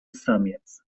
samiec